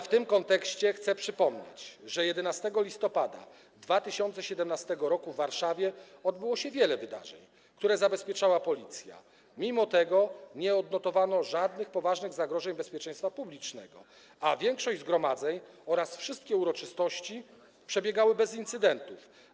W tym kontekście chcę przypomnieć, że 11 listopada 2017 r. w Warszawie było wiele wydarzeń, które zabezpieczała policja, i nie odnotowano żadnych poważnych zagrożeń bezpieczeństwa publicznego, a większość zgromadzeń oraz wszystkie uroczystości przebiegały bez incydentów.